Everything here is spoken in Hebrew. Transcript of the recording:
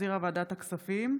שהחזירה ועדת הכספים.